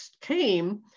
came